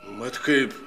mat kaip